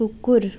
कुकुर